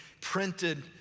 printed